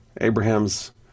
abraham's